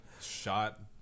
shot